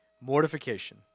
Mortification